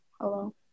Hello